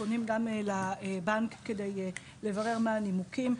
פונים גם לבנק כדי לברר מה הנימוקים.